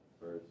First